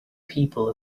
people